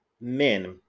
Men